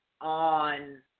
on